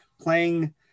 playing